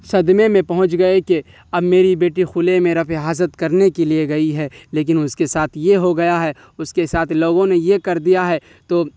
صدمے میں پہنچ گئے کہ اب میری بیٹی کھلے میں رفع حاجت کرنے کے لیے گئی ہے لیکن اس کے ساتھ یہ ہو گیا ہے اس کے ساتھ لوگوں نے یہ کر دیا ہے تو